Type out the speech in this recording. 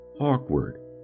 awkward